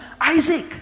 Isaac